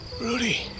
Rudy